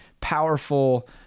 powerful